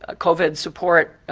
ah covid support,